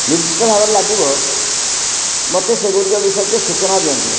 ନିର୍ଦ୍ଧିଷ୍ଟ ଭାବରେ ଲାଗିବ ମତେ ସେଗୁଡ଼ିକ ବିଷୟରେ ଟିକେ ସୂଚନା ଦିଅନ୍ତୁ